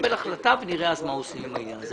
שיקבל החלטה ואז נראה מה עושים עם העניין הזה.